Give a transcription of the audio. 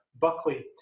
Buckley